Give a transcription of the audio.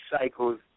cycles